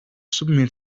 submit